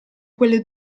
quelle